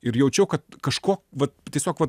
ir jaučiau kad kažko vat tiesiog vat